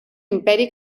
imperi